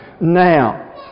now